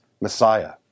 Messiah